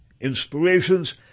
inspirations